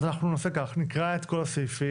אז אנחנו נעשה כך: נקרא את כל הסעיפים,